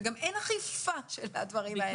וגם אין אכיפה של הדברים האלה.